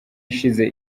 ishize